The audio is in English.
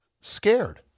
scared